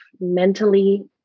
mentally